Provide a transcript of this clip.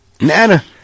Nana